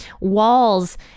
walls